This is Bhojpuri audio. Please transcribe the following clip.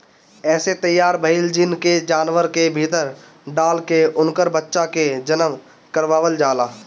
एसे तैयार भईल जीन के जानवर के भीतर डाल के उनकर बच्चा के जनम करवावल जाला